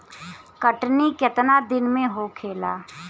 कटनी केतना दिन में होखेला?